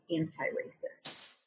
anti-racist